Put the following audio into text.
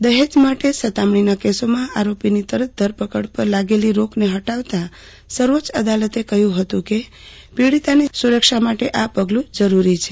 દહેજ માટે સતામણીના કેસોમા આરોપીની તરત ધરપકડ પર લાગલી રોકન હટાવતાં સર્વોચ્ચ અદાલતે કહયું હતું કે પીડીતાનો સૂરક્ષા માટે આ પગલું જરૂરી છે